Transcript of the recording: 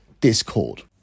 Discord